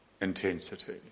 intensity